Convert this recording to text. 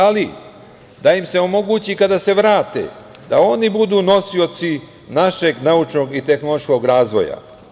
Ali, da im se omogući kada se vrate da oni budu nosioci našeg naučnog i tehnološkog razvoja.